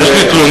יש לי תלונה.